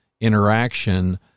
interaction